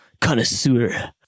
connoisseur